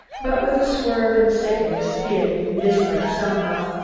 but with a swerve and a sickening skid, we missed them somehow.